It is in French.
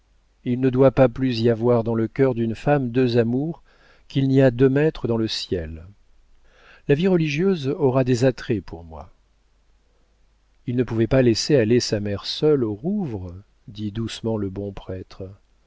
il ne doit pas plus y avoir dans le cœur d'une femme deux amours qu'il n'y a deux maîtres dans le ciel la vie religieuse aura des attraits pour moi il ne pouvait pas laisser aller sa mère seule au rouvre dit doucement le bon prêtre